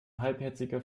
halbherziger